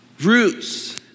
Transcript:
Roots